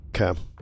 Okay